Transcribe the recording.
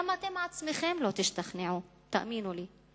גם אתם עצמכם לא תשתכנעו, תאמינו לי.